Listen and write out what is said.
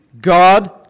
God